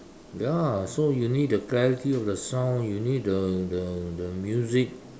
ya so you need the clarity of the sound you need the the the music